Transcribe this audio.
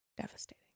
Devastating